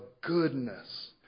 goodness